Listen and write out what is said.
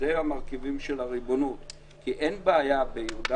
אלה מרכיבי הריבונות כי אין בעיה ביהודה